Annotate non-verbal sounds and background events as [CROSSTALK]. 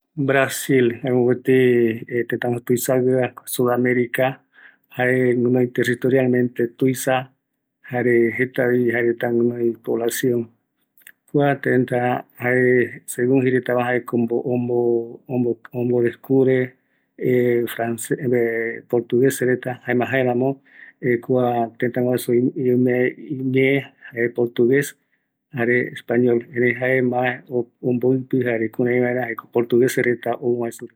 ﻿Brasil jae mopeti [HESITATION] teta tuisagueva de sudamerica, jae gunoi territorialmente tuisa, jare jetavi jaereta gunoi ipoblacion, kua teta jae segun jaeretava jaeko ombodescubre [HESITATION] portuguese reta jaema jaeramo kua tetaguasu iñee jae portugues jare español, erei jaema omboipi jare kurei vaera portuguese reta ou ovae supe.